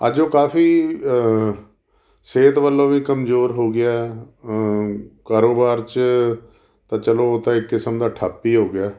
ਅੱਜ ਉਹ ਕਾਫੀ ਸਿਹਤ ਵੱਲੋਂ ਵੀ ਕਮਜ਼ੋਰ ਹੋ ਗਿਆ ਕਾਰੋਬਾਰ 'ਚ ਤਾਂ ਚਲੋ ਉਹ ਤਾਂ ਇੱਕ ਕਿਸਮ ਦਾ ਠੱਪ ਹੀ ਹੋ ਗਿਆ